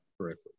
correctly